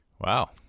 Wow